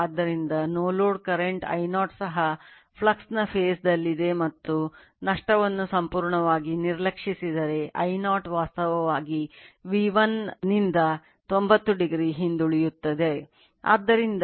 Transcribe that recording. ಆದ್ದರಿಂದ no load current I0 ಸಹ ಫ್ಲಕ್ಸ್ನ ಫೇಸ್ ದಲ್ಲಿದೆ ಮತ್ತುನಷ್ಟವನ್ನು ಸಂಪೂರ್ಣವಾಗಿ ನಿರ್ಲಕ್ಷಿಸಿದರೆ I0 ವಾಸ್ತವವಾಗಿ V1 90 o ಹಿಂದುಳಿಯುತ್ತದೆ